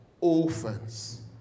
orphans